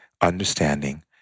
understanding